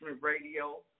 Radio